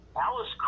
Alice